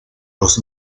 los